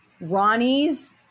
Ronnie's